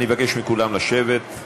אני מבקש מכולם לשבת.